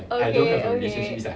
okay okay